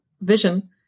vision